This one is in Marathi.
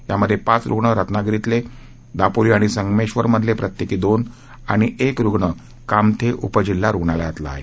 त्यामध्ये पाच रुग्ण रत्नागिरीतले दापोली आणि संगमेश्वरमधले प्रत्येकी दोन आणि एक रुग्ण कामथे उपजिल्हा रुग्णालयातला आहे